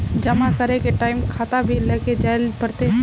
जमा करे के टाइम खाता भी लेके जाइल पड़ते?